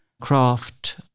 craft